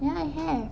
ya I have